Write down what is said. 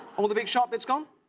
all the big sharp bits gone?